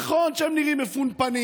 נכון שהם נראים מפונפנים,